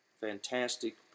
fantastic